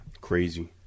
Crazy